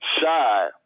shy